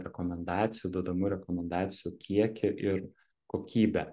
rekomendacijų duodamų rekomendacijų kiekį ir kokybę